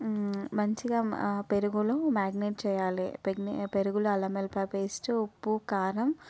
మంచిగా పెరుగులో మ్యారినేట్ చేయాలి పెరుగులో అల్లం వెల్లుల్లిపాయ పేస్టు ఉప్పు కారం